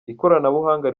ikoranabuhanga